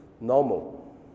normal